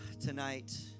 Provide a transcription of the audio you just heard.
tonight